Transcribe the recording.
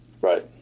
Right